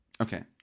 Okay